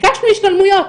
ביקשנו השתלמויות.